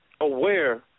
aware